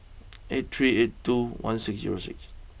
eight three eight two one six zero six